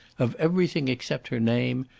of everything except her name,